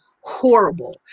horrible